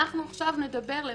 אנחנו נדבר על